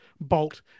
Bolt